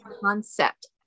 concept